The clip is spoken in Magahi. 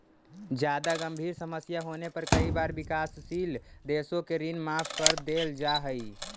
जादा गंभीर समस्या होने पर कई बार विकासशील देशों के ऋण माफ कर देल जा हई